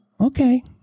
Okay